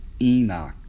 Enoch